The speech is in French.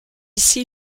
ici